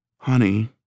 Honey